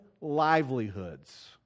livelihoods